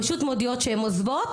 פשוט מודיעות שהן עוזבות,